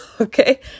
okay